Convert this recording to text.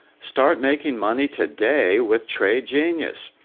start making money today with tradegenius.